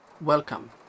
Welcome